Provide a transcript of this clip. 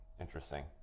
Interesting